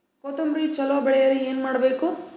ಕೊತೊಂಬ್ರಿ ಚಲೋ ಬೆಳೆಯಲು ಏನ್ ಮಾಡ್ಬೇಕು?